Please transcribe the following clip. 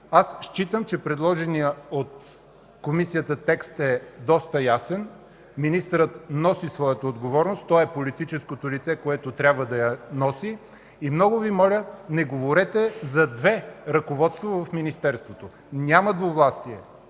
Смятам, че предложеният от Комисията текст е доста ясен – министърът носи своята отговорност, той е политическото лице, което трябва да я носи. Много Ви моля, не говорете за две ръководства в Министерството, няма двувластие.